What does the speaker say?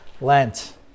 Lent